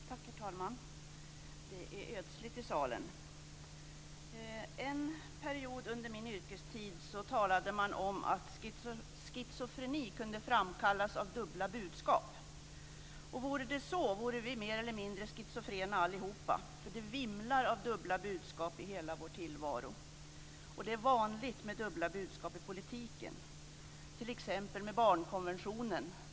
Herr talman! Det är ödsligt i salen. En period under min yrkestid talade man om att schizofreni kunde framkallas av dubbla budskap. Vore det så, vore vi alla mer eller mindre schizofrena. Det vimlar av dubbla budskap i hela vår tillvaro. Det är vanligt med dubbla budskap i politiken, t.ex. med barnkonventionen.